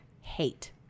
hate